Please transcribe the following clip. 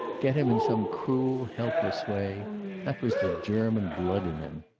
get him in some cruel, helpless way that was the german blood in him.